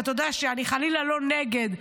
ואתה יודע שאני חלילה לא נגד,